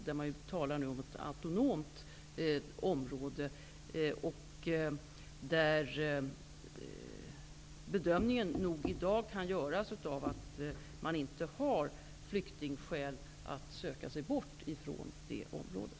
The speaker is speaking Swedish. Där talar man ju nu om ett autonomt område. I dag kan nog den bedömningen göras att man inte kan anföra flyktingskäl för att söka sig bort ifrån det området.